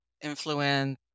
influence